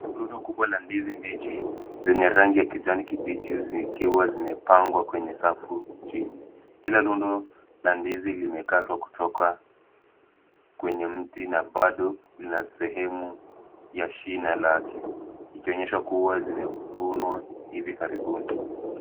Rundo kubwa la ndizi mbichi zenye rangi ya kijani kibichi zikiwa zimepangwa kwenye safu chini. Kila rundo la ndizi limekatwa kutoka kwenye mti na bado lina sehemu ya shina lake ikionyesha kuwa zimevunwa hivi karibuni.